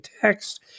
text